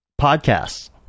Podcasts